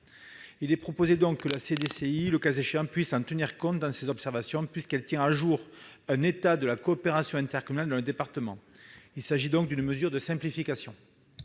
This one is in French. intercommunale, la CDCI, le cas échéant, puisse en tenir compte dans ses observations, puisqu'elle tient à jour un état de la coopération intercommunale dans les départements. Il s'agit donc d'une mesure de simplification.